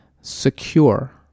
secure